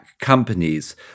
companies